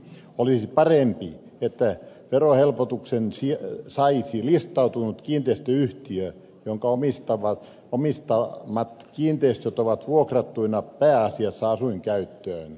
olisi parempi että verohelpotuksen saisi listautunut kiinteistöyhtiö jonka omistamat kiinteistöt ovat vuokrattuina pääasiassa asuinkäyttöön